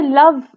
love